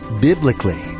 biblically